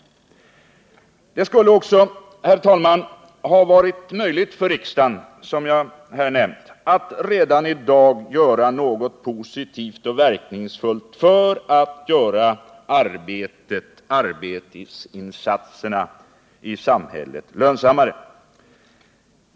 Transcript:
Det skulle också, herr talman, ha varit möjligt för riksdagen, som jag här har nämnt, att redan i dag göra något positivt och verkningsfullt för att göra arbetet, arbetsinsatserna i samhället, lönsammare.